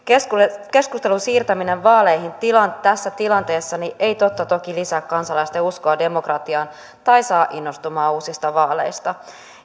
keskustelun siirtäminen vaaleihin tässä tilanteessa ei totta toki lisää kansalaisten uskoa demokratiaan tai saa innostumaan uusista vaaleista